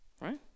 right